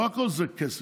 לא הכול זה כסף.